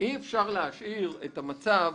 אי-אפשר להשאיר את המצב